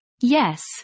Yes